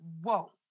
whoa